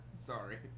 sorry